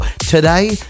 Today